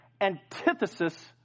antithesis